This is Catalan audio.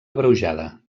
abreujada